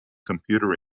computer